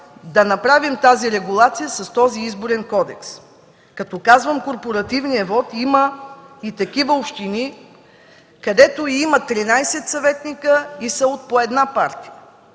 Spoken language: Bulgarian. да направим тази регулация с този Изборен кодекс. Като казвам „корпоративния вот“ – има и такива общини, където има 13 съветника и са от по една партия,